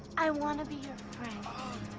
i wanna be your